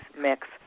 mix